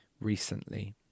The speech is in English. recently